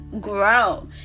grow